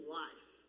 life